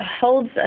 holds